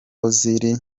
ozil